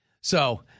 So-